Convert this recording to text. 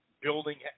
building